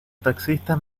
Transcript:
taxistas